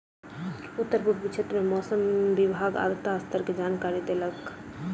उत्तर पूर्वी क्षेत्र में मौसम विभाग आर्द्रता स्तर के जानकारी देलक